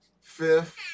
Fifth